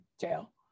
jail